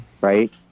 right